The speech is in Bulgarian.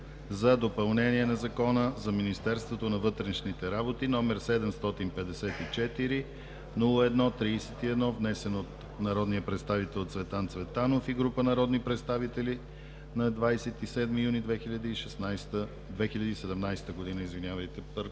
за допълнение на Закона за Министерството на вътрешните работи, № 754-01-31, внесен от народния представител Цветан Цветанов и група народни представители на 27 юни 2017 г. – първо